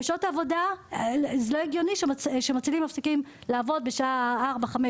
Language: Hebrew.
זה לא הגיוני שמצילים מפסיקים לעבוד בשעות 16:00